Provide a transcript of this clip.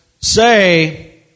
say